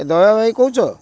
ଏ ଦୟା ଭାଇ କହୁଛ